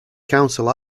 counsel